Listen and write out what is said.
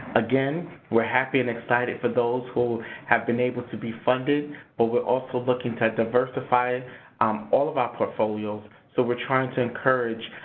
again, we're happy and excited for those who have been able to be funded but we're also looking to diversify all of our portfolios. so we're trying to encourage,